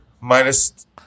minus